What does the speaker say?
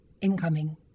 Incoming